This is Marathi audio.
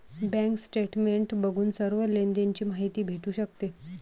बँक स्टेटमेंट बघून सर्व लेनदेण ची माहिती भेटू शकते